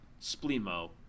splimo